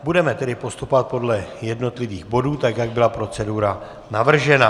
Budeme tedy postupovat podle jednotlivých bodů, tak jak byla procedura navržena.